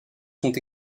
sont